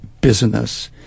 business